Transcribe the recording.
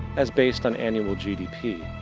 as based on annual gdp,